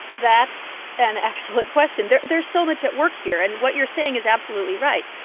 that's an excellent question. there's there's so much at work here. and what you're saying is absolutely right.